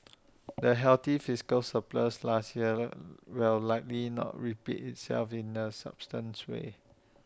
the healthy fiscal surplus last year will likely not repeat itself in A sustainable way